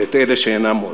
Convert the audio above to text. ואת אלה שאינם עוד,